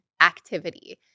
activity